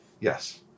Yes